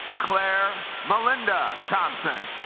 claire melinda thompson